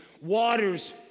waters